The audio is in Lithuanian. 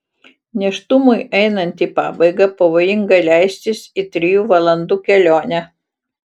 nėštumui einant į pabaigą pavojinga leistis į trijų valandų kelionę